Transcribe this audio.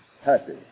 happy